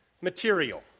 material